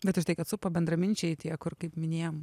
bet užtai kad supa bendraminčiai tie kur kaip minėjom